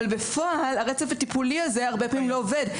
אבל בפועל הרצף הטיפולי הזה הרבה פעמים לא עובד.